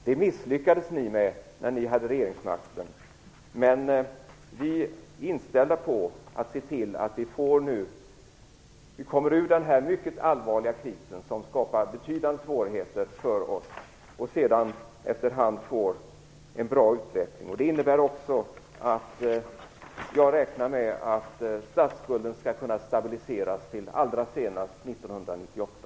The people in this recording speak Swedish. Det misslyckades ni med när ni hade regeringsmakten. Men vi är inställda på att se till att vi nu kommer ur denna mycket allvarliga kris som skapar betydande svårigheter för oss och sedan efter hand få en bra utveckling. Det innebär också att jag räknar med att statsskulden skall kunna stabiliseras till allra senast år 1998.